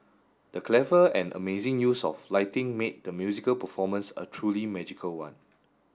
the clever and amazing use of lighting made the musical performance a truly magical one